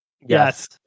Yes